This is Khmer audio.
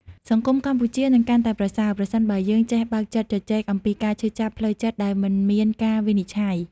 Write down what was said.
សង្គមកម្ពុជានឹងកាន់តែប្រសើរ ប្រសិនបើយើងចេះបើកចិត្តជជែកអំពីការឈឺចាប់ផ្លូវចិត្តដោយមិនមានការវិនិច្ឆ័យ។